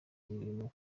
ibintu